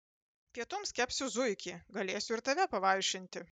pietums kepsiu zuikį galėsiu ir tave pavaišinti